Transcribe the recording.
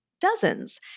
dozens